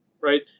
right